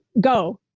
go